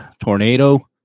tornado